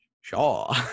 Sure